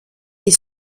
est